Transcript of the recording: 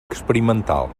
experimental